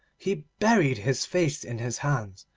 he buried his face in his hands,